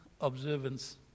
observance